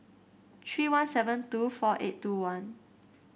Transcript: three one seven two four eight two one